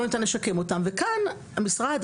לא ניתן לשקם אותם וכאן המשרד,